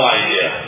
idea